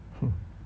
hmm